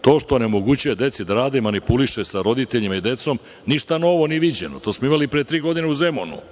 To što onemogućuje deci da rade, manipuliše sa roditeljima i decom, ništa novo, ni viđeno, to smo imali pre tri godine u Zemunu